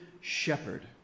shepherd